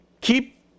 keep